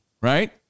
right